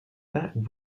that